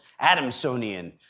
Adamsonian